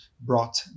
brought